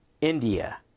India